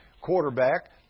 quarterback